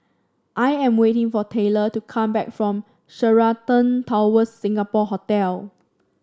I am waiting for Taylor to come back from Sheraton Towers Singapore Hotel